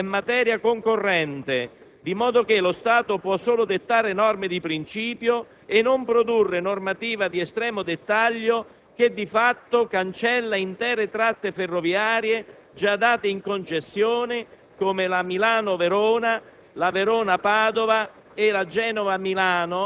La materia delle grandi reti di trasporto è materia concorrente, di modo che lo Stato può solo dettare norme di principio e non produrre normativa di estremo dettaglio che di fatto cancella intere tratte ferroviarie già date in concessione, come la Milano-Verona,